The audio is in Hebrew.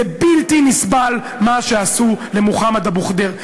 זה בלתי נסבל מה שעשו למוחמד אבו ח'דיר.